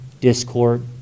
discord